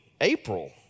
April